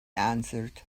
answered